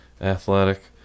athletic